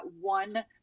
one